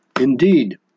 Indeed